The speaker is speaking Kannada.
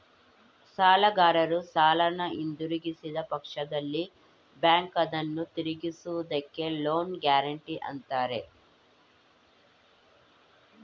ಸಾಲಗಾರರು ಸಾಲನ ಹಿಂದಿರುಗಿಸಿದ ಪಕ್ಷದಲ್ಲಿ ಬ್ಯಾಂಕ್ ಅದನ್ನು ತಿರಿಸುವುದಕ್ಕೆ ಲೋನ್ ಗ್ಯಾರೆಂಟಿ ಅಂತಾರೆ